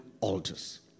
altars